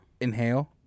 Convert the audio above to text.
Inhale